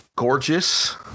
gorgeous